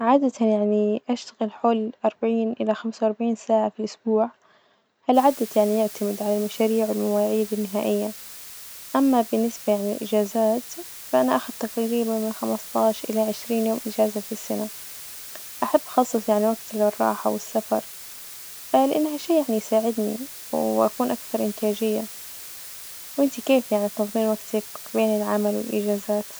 عادة يعني أشتغل حوالي الأربعين إلى خمسة وأربعين ساعة في الأسبوع، هالعدد يعني يعتمد على المشاريع والمواعيد النهائية، أما بالنسبة يعني للإجازات فأنا أخد تجريبا من خمسطعش إلى عشرين يوم إجازة في السنة، أحب أخصص يعني وقت للراحة والسفر لإنها شي يعني يساعدني وأكون أكثر إنتاجية، وإنتي كيف يعني تنظمين وجتك بين العمل والإجازات?